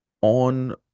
on